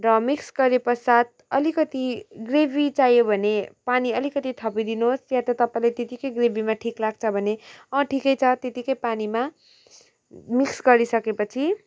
र मिक्स गरे पश्चात अलिकति ग्रेभी चाहियो भने पानी अलिकति थपिदिनुहोस् या त तपाईँलाई त्यतिकै ग्रेभीमा ठिक लाग्छ भने अँ ठिकै छ त्यतिकै पानीमा मिक्स गरि सकेपछि